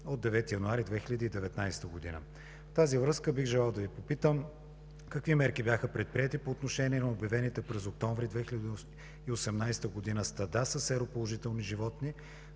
от 9 януари 2019 г. В тази връзка, бих желал да Ви попитам какви мерки бяха предприети по отношение на обявените през месец октомври 2018 г. стада със сероположителни животни?